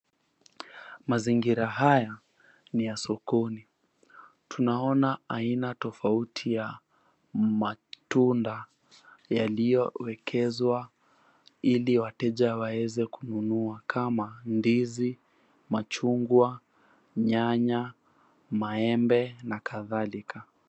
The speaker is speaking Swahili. Mazingira haya ni ya sokoni tunaona aina tofauti ya matunda yaliyowekezwa ili wateja waeze kununua kama ndizi, machungwa, nyanya, maembe na kadhalika.